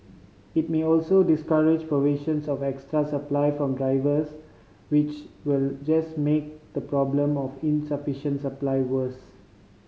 it may also discourage provisions of extra supply from drivers which will just make the problem of insufficient supply worse